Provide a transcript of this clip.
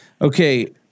Okay